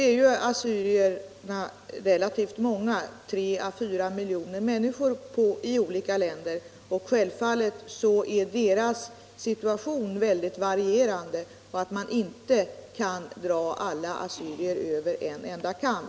Nu är assyriernas antal relativt stort, 3-4 miljoner människor i olika länder. Självfallet är deras förhållanden mycket varierande, och man kan inte dra alla assyrier över en kam.